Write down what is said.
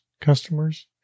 customers